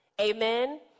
Amen